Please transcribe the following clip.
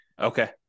Okay